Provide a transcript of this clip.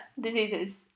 diseases